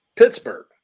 Pittsburgh